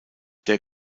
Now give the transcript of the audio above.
der